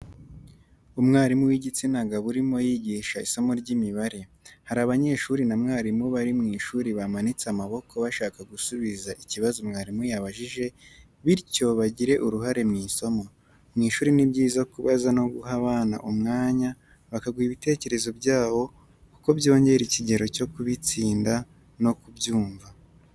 Umwarimu w'igitsina gabo urimo y'igisha isomo ry'imibare. Hari abanyeshuri na mwarimu bari mu ishuri bamanitse amaboko bashaka gusubiza ikibazo mwarimu y'ababajije bityo bagire uruhare mu isomo. Mu ishuri ni byiza kubaza no guha abana umwanya bakaguha ibitekerezo byabo kuko byongera ikigero cyo kubitsinda no kubyumva.